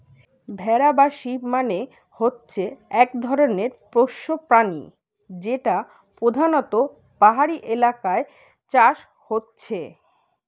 ভেড়া বা শিপ মানে হচ্ছে এক ধরণের পোষ্য প্রাণী যেটা পোধানত পাহাড়ি এলাকায় চাষ হচ্ছে